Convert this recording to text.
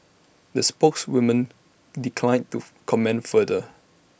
the spokeswoman declined to comment further